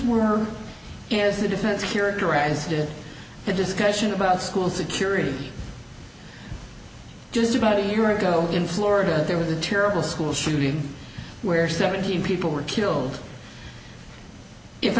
were as a defense curator as did the discussion about school security just about a year ago in florida there was a terrible school shooting where seventeen people were killed if